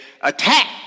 attack